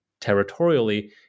territorially